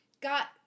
got